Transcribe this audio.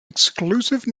exclusive